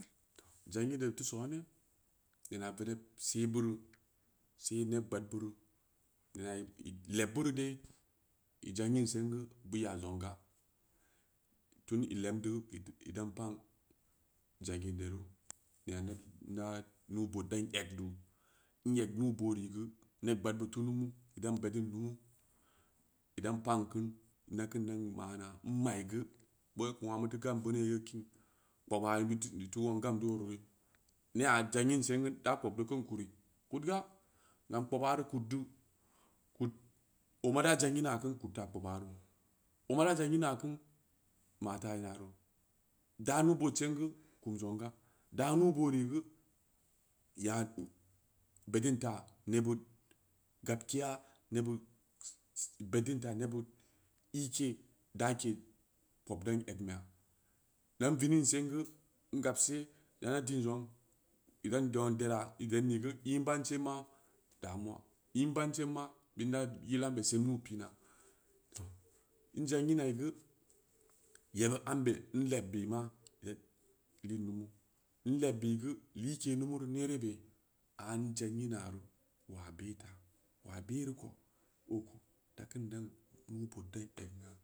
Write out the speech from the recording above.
Zangirdde teu sooni, ina venev se’ bm no, se’ neb gɓaad buro, neena eh leɓɓureu dai, i zangin singu, ɓu yaa zangn ga, tun i lev deu, idan pan zangirde ru, nena n na nuu- bood dan eg neu, n eg nuu booreu geu neb gɓaad bid teu lumu bu dan beddin lunu, idan pan keun, na dan keun mana, n ma’iyu, beu keu nwongna muteu gam beuneu yoo kin, kpobwa iteu nuang gam duu weureu re, nea zangin sen gu da kpoɓɓu kan kari? Kudga, gam kpoɓa reu kuddeu kud ooma da zangina kun kud taa kpoɓa ro, ooma da zangina kun, mata in aro, daa nuu- bood sengu, kum zangn ga, dad nuu-booreu geu, ya beddin taa nebid gabkeya, neɓɓid bbeɓɓin taa neɓid ike dake kpov dan egn ɓeya gam n vimin sengu n gabse yana diin zang, idan nueng dera, i dedn gu in bansen ma, damuwa i’n bansen bid nay il ambe semna pi’naa, to n zanginai gu, yeɓɓi amma n leɓɓi ma y aida i lumu, n leb bui gu like lumu reu neree bai? Aa n zangina ro maa be taa, waa be reu ko, ooko dakin dan kud dan egnna.